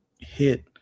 hit